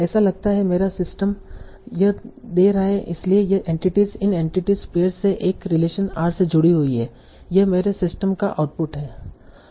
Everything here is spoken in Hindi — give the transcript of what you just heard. ऐसा लगता है मेरा सिस्टम यह दे रहा है इसलिए ये एंटिटीस इन एंटिटीस पेयर्स से एक रिलेशन R से जुड़ी हैं यह मेरे सिस्टम का आउटपुट है